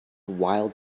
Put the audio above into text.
wild